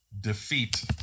defeat